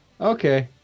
Okay